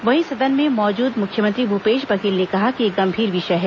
वहीं सदन में मौजूद मुख्यमंत्री भूपेश बघेल ने कहा कि यह गंभीर विषय है